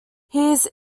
his